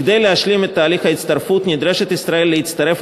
כדי להשלים את תהליך ההצטרפות נדרשת ישראל להצטרף